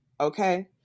okay